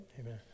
Amen